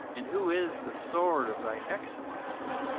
and who is the sword of thy excellency!